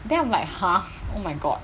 then I'm like !huh! oh my god